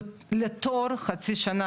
כמו למשל,